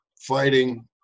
fighting